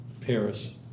Paris